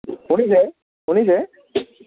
শুনিছে শুনিছে